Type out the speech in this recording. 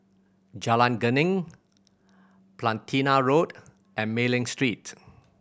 Jalan Geneng Platina Road and Mei Ling Street